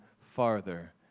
farther